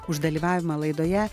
už dalyvavimą laidoje